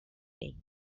fee